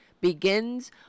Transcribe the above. begins